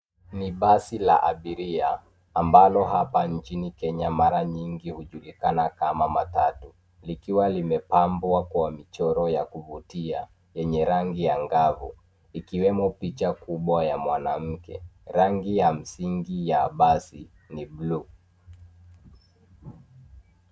Ni basi la abiria ambalo hapa nchini Kenya mara nyingi hujulikana kama Matatu. Likiwa limepambwa kwa michoro ya kuvutia yenye rangi angavu ikiwemo picha kubwa ya mwanamke. Rangi ya msingi ya basi ni buluu.